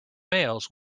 mails